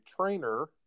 trainer